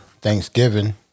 Thanksgiving